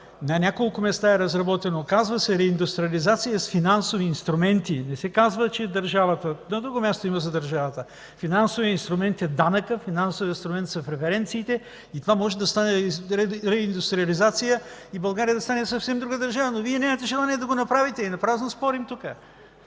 на няколко места е разработено. Казва се реиндустриализация с финансови инструменти. Не се казва държавата. На друго място има за държавата. Финансов инструмент е данъкът, финансов инструмент са преференциите и това може да стане с реиндустриализация и България да стане съвсем друга държава. Но Вие нямате желание да го направите и напразно спорим тук.